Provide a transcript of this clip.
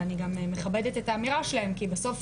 ואני גם מכבדת את האמירה שלהם כי בסוף,